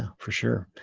for sure.